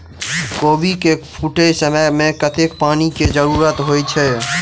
कोबी केँ फूटे समय मे कतेक पानि केँ जरूरत होइ छै?